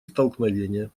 столкновения